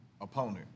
opponent